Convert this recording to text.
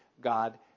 God